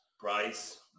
Price